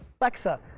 Alexa